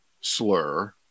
slur